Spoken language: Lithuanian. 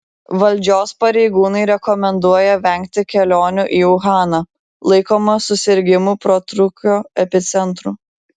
valdžios pareigūnai rekomenduoja vengti kelionių į uhaną laikomą susirgimų protrūkio epicentru